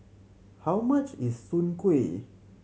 how much is soon kway